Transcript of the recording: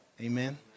amen